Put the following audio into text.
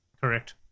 Correct